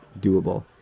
doable